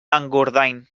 engordany